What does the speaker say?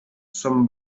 some